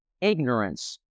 ignorance